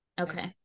Okay